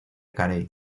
carey